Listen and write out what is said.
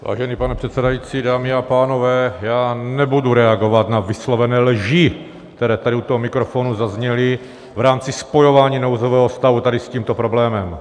Vážený pane předsedající, dámy a pánové, nebudu reagovat na vyslovené lži, které tady u toho mikrofonu zazněly v rámci spojování nouzového stavu tady s tímto problémem.